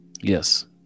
Yes